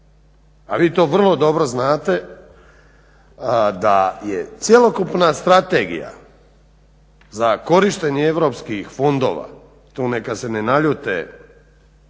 a vi to vrlo dobro znate da je cjelokupna strategija za korištenje europskih fondova to neka se ne naljute